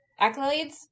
Accolades